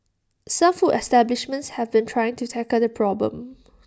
some food establishments have been trying to tackle the problem